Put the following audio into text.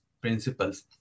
principles